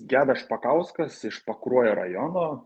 gedas špakauskas iš pakruojo rajono